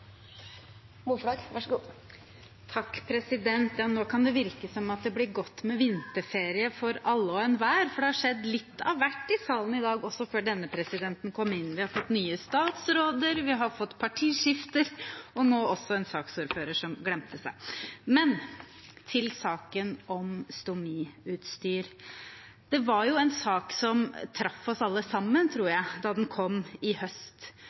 hvert i salen i dag, også før denne presidenten kom inn – vi har fått nye statsråder, vi har fått partiskifter og nå også en saksordfører som glemte seg. Til saken om stomiutstyr: Det var en sak som traff oss alle sammen, tror jeg, da den kom i høst,